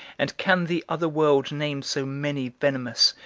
and can the other world name so many venomous,